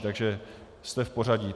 Takže jste v pořadí.